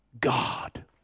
God